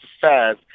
says